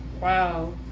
Wow